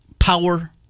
Power